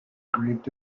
grieved